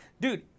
dude